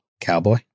Cowboy